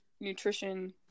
nutrition